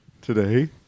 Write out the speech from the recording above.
today